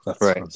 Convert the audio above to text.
Right